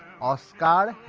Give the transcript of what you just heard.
all-star